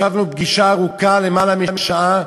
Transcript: ישבנו בפגישה ארוכה, למעלה משעה,